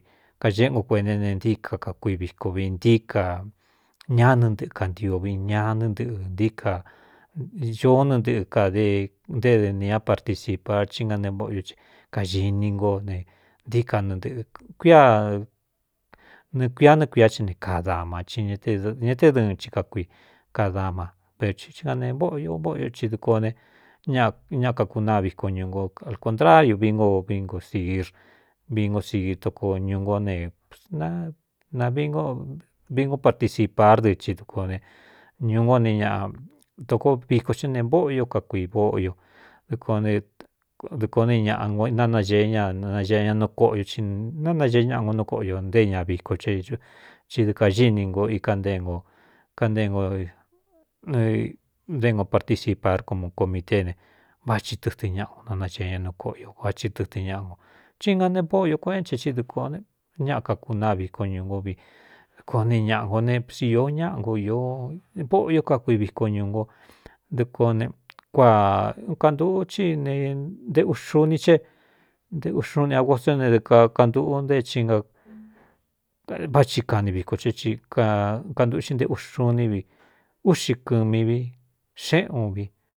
Kañeꞌé ngo kueene ne ntííka kakui viko vi ntíí ka ñanɨ ntɨꞌɨ kantiovi ñanɨ ntɨꞌɨ̄ ntíí ka īoó nɨ ntɨꞌɨ kade nté d nīa partisipar í ngane móꞌoyo e kaxi ni ngó ne ntí ka nɨntɨꞌɨ̄ kuia nɨɨ̄ kuiá nɨɨ kuia chi ne kaadama i eñe te dɨɨn chi kakui ka dama vertsí nga ne óꞌ i vóꞌo io i dɨko ne ñaꞌa kakunáa viko ñūu nko al cōntrariu vi ngo vingo sigír vingo sigir tokoo ñū nkó nenavi no vi ngo participar dɨɨ i dɨko ne ñūu ngó ne ñaꞌa tokoo viko xé ne óꞌo ió kakui vóꞌo io kdɨ ko ne ñaꞌa o nanaee ñanaee ña núu koꞌoio i nanaee ñaꞌa ngo nú koꞌo io nté ña viko eti dɨɨ kagi ni ngo ikaneo kaneo nté ngo participar komu comitéé ne vá thi tɨtɨn ñaꞌa go nanaxee ña nuu koꞌo io va tsi tɨtɨn ñaꞌa ngo thíinga ne bóꞌo io kueꞌén chee i dɨ kō ñaꞌa kakunáa viko ñū ngo vi dɨko ne ñaꞌa ngo ne sīó ñáꞌa n vóꞌo io kakui viko ñuu ngo dɨknkuā kantūꞌu ti ne nteuxuu ni ce nte uxuun ni a gostó ne dɨ ka kantuꞌu nté vá tsi kani viko cé kantuꞌu xɨ nte uxu ní vi úꞌxi kɨmi vi xeꞌn u vin.